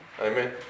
Amen